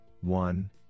one